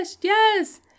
Yes